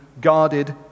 guarded